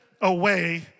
away